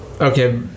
Okay